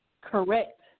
correct